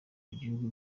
bihugu